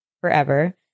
forever